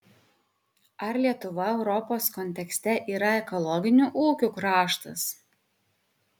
ar lietuva europos kontekste yra ekologinių ūkių kraštas